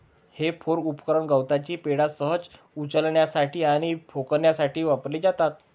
हे फोर्क उपकरण गवताची पेंढा सहज उचलण्यासाठी आणि फेकण्यासाठी वापरली जातात